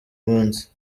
munsi